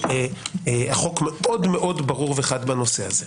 החוק מאוד ברור וחד בנושא הזה.